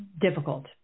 difficult